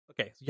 okay